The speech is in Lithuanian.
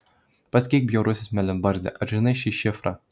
pasakyk bjaurusis mėlynbarzdi ar žinai šį šifrą